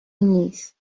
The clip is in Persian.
نیست